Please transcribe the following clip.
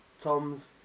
Tom's